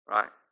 Right